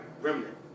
remnant